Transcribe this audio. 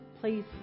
please